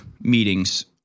meetings